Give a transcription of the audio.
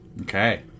Okay